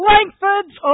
Langford's